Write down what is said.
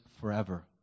forever